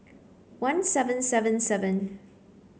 one seven seven seven